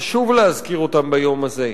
חשוב להזכיר אותם ביום הזה.